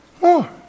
more